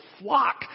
flock